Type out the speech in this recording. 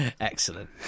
Excellent